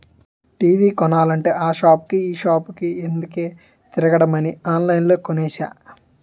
TV కొనాలంటే ఆ సాపుకి ఈ సాపుకి ఎందుకే తిరగడమని ఆన్లైన్లో కొనేసా